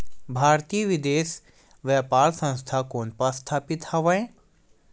भारतीय विदेश व्यापार संस्था कोन पास स्थापित हवएं?